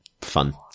fun